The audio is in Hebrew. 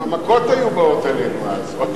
גם המכות היו באות אז.